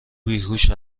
بیهوش